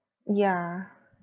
yeah